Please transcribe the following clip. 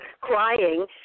crying